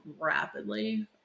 rapidly